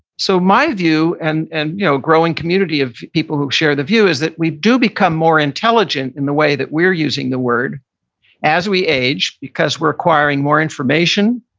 so my view and, a and you know growing community of people who share the view, is that we do become more intelligent in the way that we're using the word as we age, because we're acquiring more information,